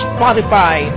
Spotify